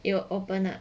it will open up